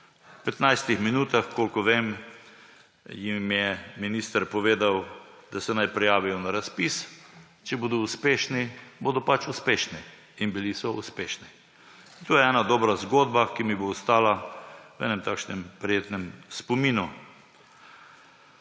V 15 minutah, kolikor vem, jim je minister povedal, da naj se prijavijo na razpis, če bodo uspešni, bodo pač uspešni. In bili so uspešni. To je ena dobra zgodba, ki mi bo ostala v enem takšnem prijetnem spominu.